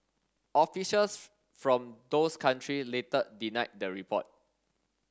officials from those country later denied the report